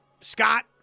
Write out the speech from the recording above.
Scott